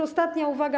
Ostatnia uwaga.